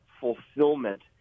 fulfillment